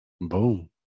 Boom